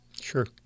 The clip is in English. Sure